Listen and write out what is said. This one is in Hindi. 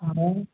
हाँ